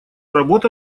работа